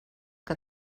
que